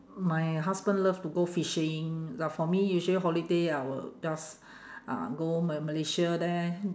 my husband love to go fishing but for me usually holiday I will just uh go ma~ malaysia there